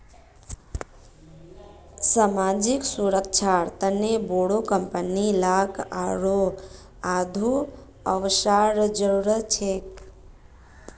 सामाजिक सुरक्षार तने बोरो कंपनी लाक आरोह आघु वसवार जरूरत छेक